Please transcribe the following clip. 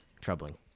troubling